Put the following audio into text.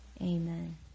Amen